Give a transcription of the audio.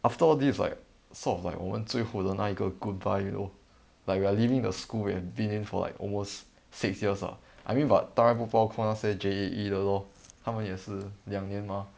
after all this is like sort of like 我们最后的那一个 goodbye you know like we are leaving the school and been here for like almost six years ah I mean but 当然不包括那些 J_A_E 的 lor 他们也是两年 mah